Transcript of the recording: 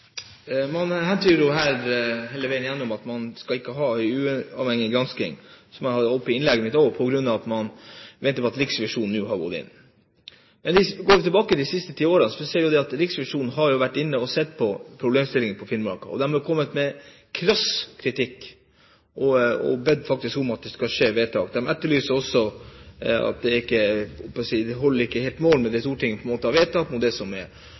Man hentyder jo her hele tiden til at man ikke skal ha en uavhengig gransking, som jeg sa i innlegget mitt også, på grunn av at Riksrevisjonen nå har gått inn. Men går vi tilbake de siste ti årene, ser vi jo at Riksrevisjonen har vært inne og sett på problemstillingen i Finnmark, og de har kommet med krass kritikk og faktisk bedt om at det skal skje vedtak – at det ikke holder helt mål det som Stortinget har vedtatt.